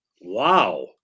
Wow